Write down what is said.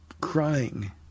crying